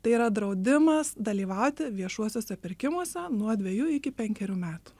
tai yra draudimas dalyvauti viešuosiuose pirkimuose nuo dviejų iki penkerių metų